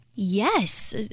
Yes